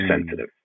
sensitive